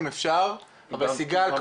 בסדר.